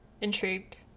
intrigued